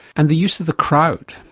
and the use of the crowd,